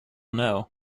know